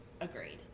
Agreed